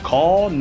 Call